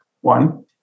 one